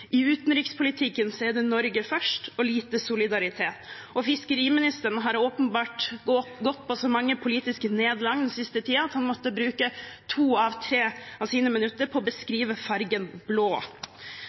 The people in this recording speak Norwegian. I utenrikspolitikken er det Norge først og lite solidaritet, og fiskeriministeren har åpenbart gått på så mange politiske nederlag den siste tiden at han måtte bruke to av sine tre minutter på å